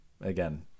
again